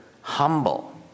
humble